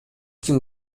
ким